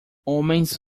homens